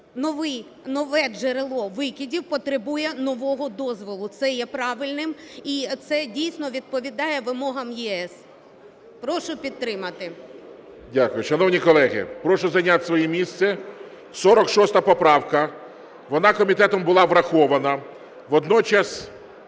Нове джерело викидів потребує нового дозволу. Це є правильним, і це дійсно відповідає вимогам ЄС. Прошу підтримати. ГОЛОВУЮЧИЙ. Дякую. Шановні колеги, прошу зайняти своє місце. 46 поправка, вона комітетом була врахована.